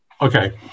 Okay